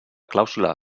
clàusula